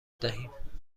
دهیم